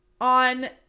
on